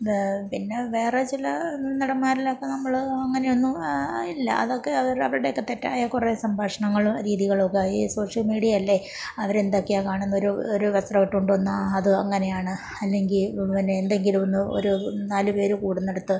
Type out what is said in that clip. പിന്നെ വേറെ ചില നടന്മാരിലൊക്കെ നമ്മൾ അങ്ങനെയൊന്നും ഇല്ല അതൊക്കെ അവർ അവർടെയൊക്കെ തെറ്റായ കുറെ സംഭാഷണങ്ങൾ രീതികളൊക്കെ ഈ സോഷ്യൽ മീഡിയല്ലേ അവരെന്തൊക്കെയാണ് കാണുന്നൊരു ഒരു ഒരു വസ്ത്രം ഇട്ടോണ്ട് വന്നാൽ അത് അങ്ങനെയാണ് അല്ലെങ്കിൽ പിന്നെ എന്തെങ്കിലും ഒന്ന് ഒരു നാല് പേര് കൂടുന്നിടത്ത്